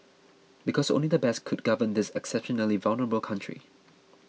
because only the best could govern this exceptionally vulnerable country